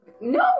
No